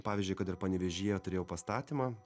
pavyzdžiui kad ir panevėžyje turėjau pastatymą